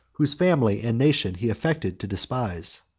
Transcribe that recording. whose family and nation he affected to despise.